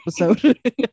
episode